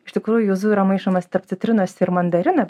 iš tikrųjų juzu yra maišomas tarp citrinos ir mandarino